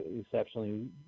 exceptionally